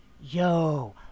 Yo